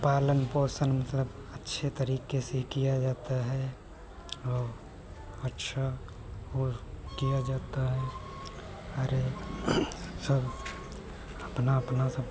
पालन पोषण मतलब अच्छे तरीके से किया जाता है और अच्छा और किया जाता है अरे सब अपना अपना सब